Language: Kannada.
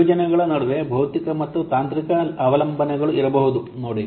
ಯೋಜನೆಗಳ ನಡುವೆ ಭೌತಿಕ ಮತ್ತು ತಾಂತ್ರಿಕ ಅವಲಂಬನೆಗಳು ಇರಬಹುದು ನೋಡಿ